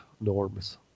norms